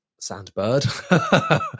Sandbird